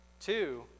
Two